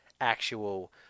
actual